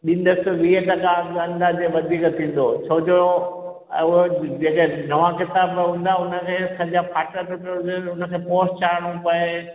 ॾींदुसि वीह टका अं अंदाज़े वधीक थींदो छो जो अहो नवां किताब हूंदा उनमें सॼा फाटल बि हुंदियूं आहिनि उनखे पोश चाढ़िणो पए